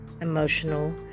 emotional